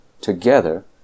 together